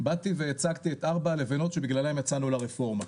באתי והצגתי את ארבע הלבנות שבגללם יצאנו לרפורמה,